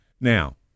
Now